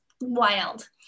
wild